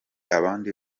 abandi